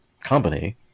company